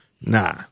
Nah